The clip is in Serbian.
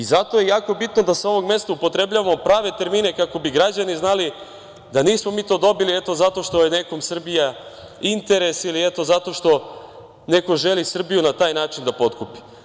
Zato je jako bitno da sa ovog mesta upotrebljavamo prave termine, kako bi građani znali da mi nismo to dobili zato što je nekom Srbija interes, zato što neko želi Srbiju na taj način da potkupi.